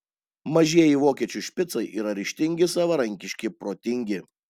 mažieji vokiečių špicai yra ryžtingi savarankiški protingi